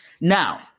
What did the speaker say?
Now